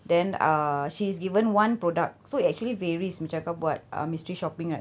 then uh she's given one product so it actually varies macam kau buat uh mystery shopping right